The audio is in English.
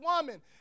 woman